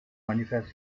manifest